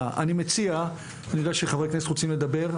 חבר הכנסת דוידסון,